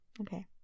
okay